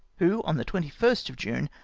who, on the twenty first of june,